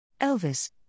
Elvis